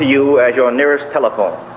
you as your nearest telephone.